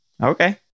okay